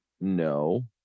no